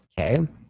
okay